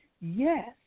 Yes